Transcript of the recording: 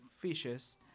fishes